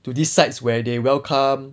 to these sites where they welcome